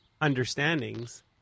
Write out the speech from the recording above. understandings